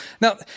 Now